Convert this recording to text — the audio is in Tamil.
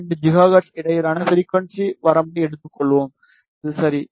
2 ஜிகாஹெர்ட்ஸ் இடையேயான ஃபிரிக்குவன்சி வரம்பை எடுத்துக்கொள்வோம் இது சரி